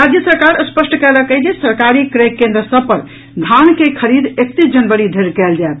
राज्य सरकार स्पष्ट कयलक अछि जे सरकारी क्रय केन्द्र सभ पर धान के खरीद एकतीस जनवरी धरि कयल जायत